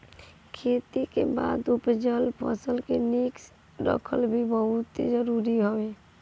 खेती के बाद उपजल फसल के निक से रखल भी बहुते जरुरी हवे